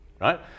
right